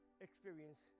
experience